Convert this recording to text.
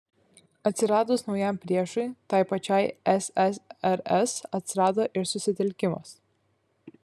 atsiradus naujam priešui tai pačiai ssrs atsirado ir susitelkimas